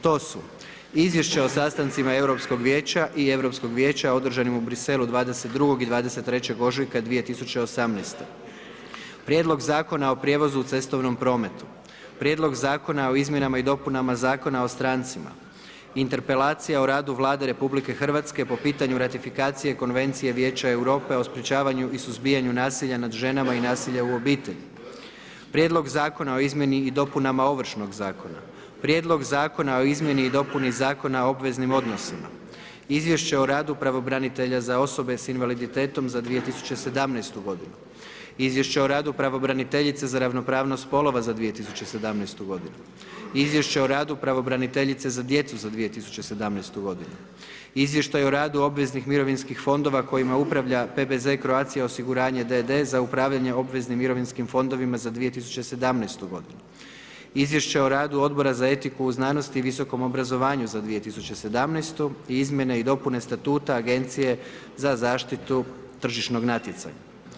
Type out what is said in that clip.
To su: Izvješće o sastancima Europskog vijeća i Europskog vijeća održanim u Bruxellesu 22. i 23. ožujka 2018., Prijedlog Zakona o prijevozu u cestovnom prometu, Prijedlog Zakona o izmjenama i dopunama Zakona o strancima, Interpelacija o radu Vlade RH po pitanju ratifikacije Konvencije Vijeća Europe o sprečavanju i suzbijanju nasilja nad ženama i nasilja u obitelji, Prijedlog Zakona o izmjeni i dopunama Ovršnog zakona, Prijedlog Zakona o izmjeni i dopuni Zakona o obveznim odnosima, Izvješće o radu pravobranitelja za osobe sa invaliditetom za 2017. godinu, Izvješće o radu pravobraniteljice za ravnopravnost spolova za 2017. godinu, Izvješće o radu pravobraniteljice za djecu za 2017. godinu, Izvještaj o radu obveznih mirovinskih fondova kojima upravlja PBZ Croatia osiguranje d.d. za upravljanje obveznim mirovinskim fondovima za 2017. godinu, Izvješće o radu Odbora za etiku u znanosti i visokom obrazovanju za 2017., Izmjene i dopune statuta Agencije za zaštitu tržišnog natjecanja.